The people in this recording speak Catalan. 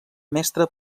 mestre